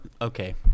okay